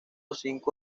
cinco